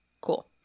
Cool